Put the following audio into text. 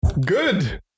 Good